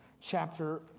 chapter